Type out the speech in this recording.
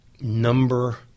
number